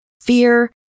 fear